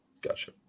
Gotcha